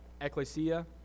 ecclesia